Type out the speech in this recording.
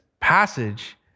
passage